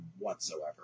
whatsoever